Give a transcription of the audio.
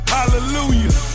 Hallelujah